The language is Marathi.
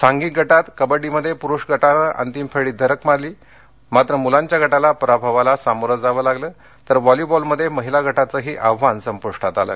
सांधिक गटात कबड्डीमध्ये पुरुष गटांनं अंतिम फेरीत धडक मारली मात्र मुलांच्या गटाला पराभवाला सामोरं जावं लागलं तर व्हॉलीबॉलमध्ये महीला गटायंही आव्हान संपूष्टात आलं